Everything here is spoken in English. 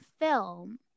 film